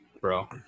bro